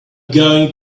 going